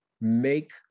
Make